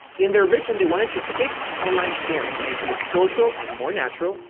in their vision, they wanted to fix online sharing, making it social and more natural,